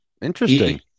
Interesting